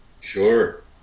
Sure